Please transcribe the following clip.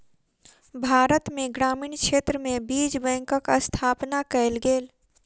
भारत में ग्रामीण क्षेत्र में बीज बैंकक स्थापना कयल गेल